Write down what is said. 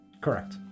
Correct